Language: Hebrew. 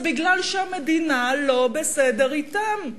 זה מפני שהמדינה לא בסדר אתם.